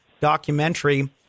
documentary